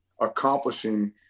accomplishing